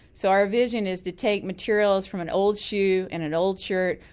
so our vision is to take materials from an old shoe and an old shirt,